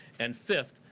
and fifth,